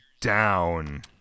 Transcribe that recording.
down